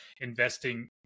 investing